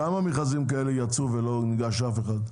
כמה מכרזים כאלה יצאו ולא ניגש אף אחד?